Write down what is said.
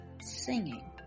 singing